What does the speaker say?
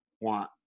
want